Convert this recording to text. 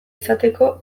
izateko